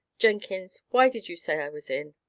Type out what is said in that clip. jenkins, why did you say i was in?